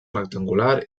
rectangular